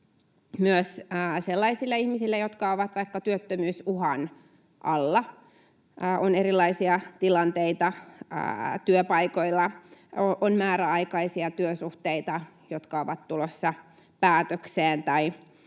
myös sellaisille ihmisille, jotka ovat vaikka työttömyysuhan alla. On erilaisia tilanteita — työpaikoilla on määräaikaisia työsuhteita, jotka ovat tulossa päätökseen, tai